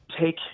take